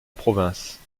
province